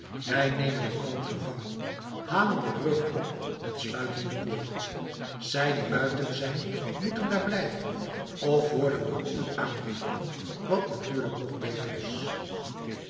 wij nemen allen gevangen halen de brug op en sluiten de poort zij die buiten zijn moeten daar blijven of worden door u aangevallen wat natuurlijk nog beter is